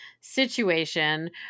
situation